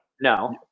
No